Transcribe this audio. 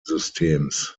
systems